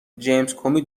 جیمزکومی